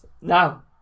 Now